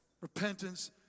Repentance